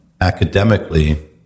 Academically